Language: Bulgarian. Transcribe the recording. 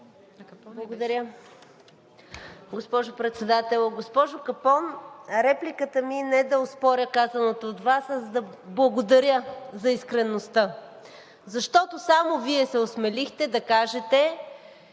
Благодаря, госпожо Председател. Госпожо Капон, репликата ми не е да оспоря казаното от Вас, а за да благодаря за искреността. Защото само Вие се осмелихте да кажете,